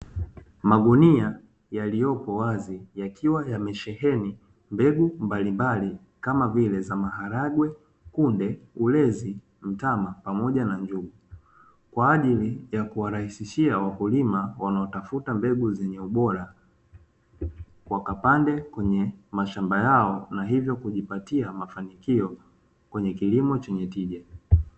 Magunia yaliyoko wazi yakiwa yamesheheni mbegu mbalimbali kama vile za maharagwe, kunde, ulezi, mtama pamoja na njugu kwa ajili ya kuwarahisishia wakulima wanaotafuta mbegu zilizobora, wakapande kwenye mashamba yao na hivyo kujipatia mafanikio na kilimo chenye tija.